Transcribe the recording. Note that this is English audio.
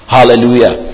Hallelujah